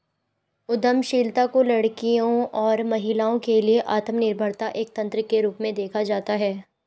उद्यमशीलता को लड़कियों और महिलाओं के लिए आत्मनिर्भरता एक तंत्र के रूप में देखा जाता है